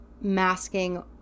masking